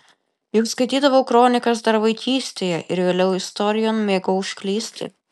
juk skaitydavau kronikas dar vaikystėje ir vėliau istorijon mėgau užklysti